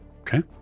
Okay